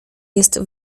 jest